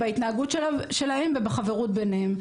בהתנהגות שלהם ובחברות ביניהם.